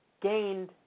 gained